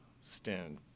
stand